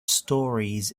stories